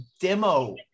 demo